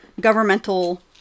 governmental